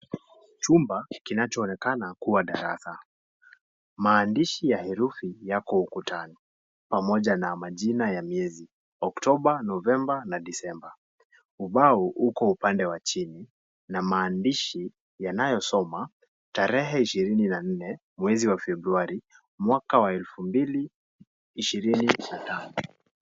Chumba kinacho onekana kuwa darasa maandishi ya herufi yako ukutani pamoja na majina ya miezi Oktoba, Novemba na Desemba. Ubao uko upande wa chini na maandishi yanayo soma tarehe ishirini na nne mwezi wa Februari mwaka wa elfu mbili ishirini na tano.